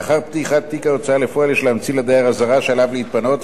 לאחר פתיחת תיק ההוצאה לפועל יש להמציא לדייר אזהרה שעליו להתפנות,